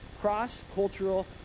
cross-cultural